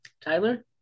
tyler